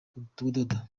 kudoda